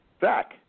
Zach